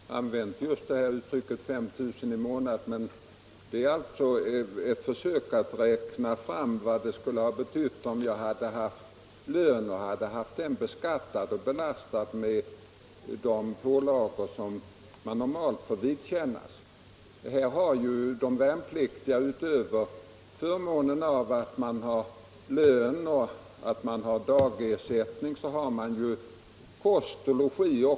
Herr talman! Jag vet inte om jag har använt just uttrycket 5 000 kr. i månaden. Vi har gjort ett försök att räkna fram vad ersättningen skulle motsvara i en lön som är beskattad och belastad med de pålagor som man normalt får vidkännas. De värnpliktiga har utöver förmånerna lön och dagersättning även kost och logi.